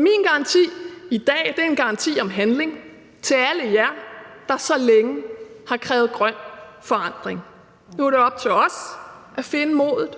min garanti i dag er en garanti om handling til alle jer, der så længe har krævet grøn forandring. Nu er det op til os at finde modet.